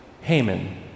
Haman